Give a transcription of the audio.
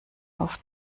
auf